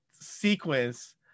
sequence